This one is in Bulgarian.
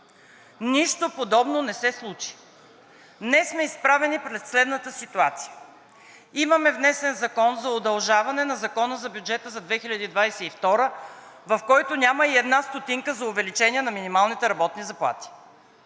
Нищо подобно не се случи! Днес сме изправени пред следната ситуация – имаме внесен Закон за удължаване на Закона за бюджета за 2022 г., в който няма и една стотинка за увеличение на минималните работни заплати,